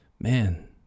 man